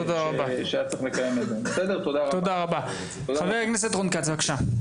כבר הכנסת רון כץ, בבקשה.